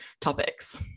topics